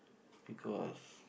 because